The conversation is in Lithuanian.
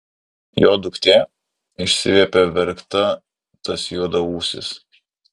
jo duktė išsiviepė verkta tas juodaūsis